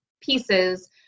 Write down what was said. pieces